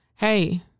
hey